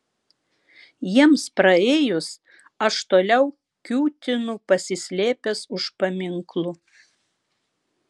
jiems praėjus aš toliau kiūtinu pasislėpęs už paminklų